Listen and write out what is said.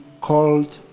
called